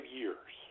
years